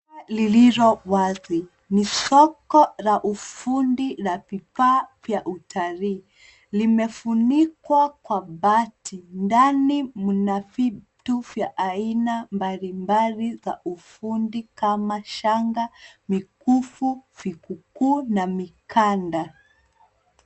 Duka lililo wazi. Ni soko la ufundi la vifaa vya utalii. Limefunikwa kwa bati. Ndani mna vitu vya aina mbalimbali za ufundi kama shanga, mikufu, vikuku na mikanda.